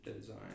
design